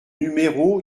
numéro